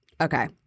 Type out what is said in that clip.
Okay